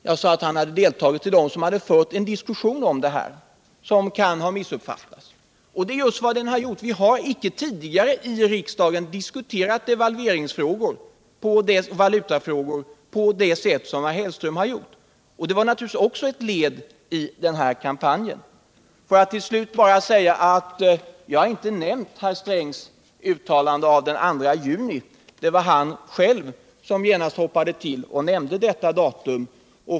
Jag sade att han hörde till dem som har deltagit i en diskussion om det här som kan ha missuppfattats. Det är just vad som skett. Vi har inte tidigare i riksdagen diskuterat devalveringsfrågor och valutafrågor på det sätt som herr Hellström här gjort. Det var naturligtvis också ett led i den här kampanjen! Får jag till slut bara säga att jag inte har nämnt herr Strängs uttalande av den 2 juni. Det var han själv som genast hoppade till och nämnde detta datum.